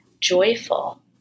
joyful